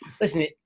Listen